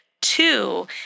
two